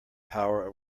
power